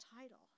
title